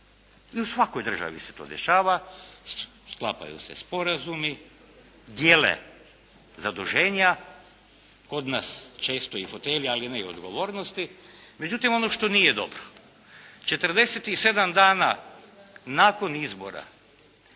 i u svakoj državi se to dešava, sklapaju se sporazumi, dijele zaduženja, kod nas često i fotelje ali ne i odgovornosti. Međutim ono što nije dobro, 47 dana nakon izbora